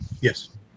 Yes